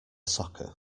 soccer